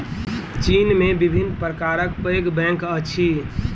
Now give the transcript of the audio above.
चीन में विभिन्न प्रकारक पैघ बैंक अछि